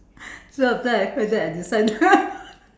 so after I heard that I decided